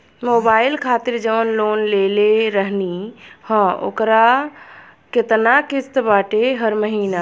Mobile खातिर जाऊन loan लेले रहनी ह ओकर केतना किश्त बाटे हर महिना?